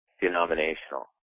denominational